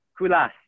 kulas